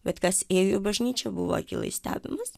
bet kas ėjo į bažnyčią buvo akylai stebimas